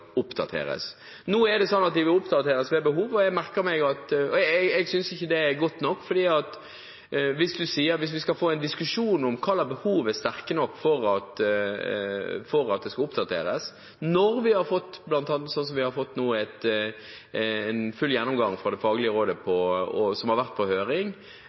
oppdateres ved behov. Jeg synes ikke det er godt nok. Vi må få en diskusjon om hvilke behov som er sterke nok til at de skal oppdateres, når vi har fått, slik vi har fått nå, en full gjennomgang fra det faglige rådet, som har vært på høring,